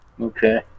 Okay